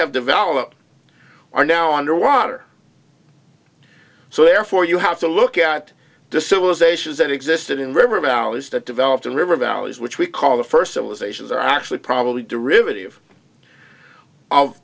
developed are now under water so therefore you have to look at the civilization is that existed in river valleys that developed a river valleys which we call the first civilizations are actually probably derivative of